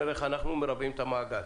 נראה איך אנחנו מרבעים את המעגל.